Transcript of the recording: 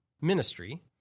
ministry